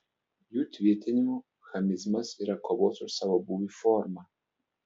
jų tvirtinimu chamizmas yra kovos už savo būvį forma